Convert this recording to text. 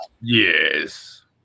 Yes